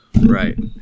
Right